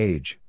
Age